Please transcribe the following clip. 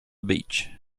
beach